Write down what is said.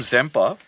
Zampa